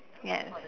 yes